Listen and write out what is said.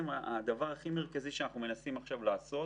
הדבר הכי מרכזי שאנחנו מנסים עכשיו לעשות